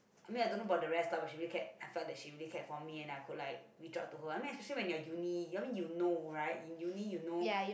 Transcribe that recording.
I mean I don't know about the rest lah but she really cared I felt that she really cared for me and I could like reach out to her I mean especially you're uni I mean you know right in uni you know